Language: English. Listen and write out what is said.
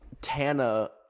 Tana